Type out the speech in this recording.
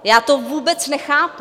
Já to vůbec nechápu.